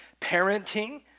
parenting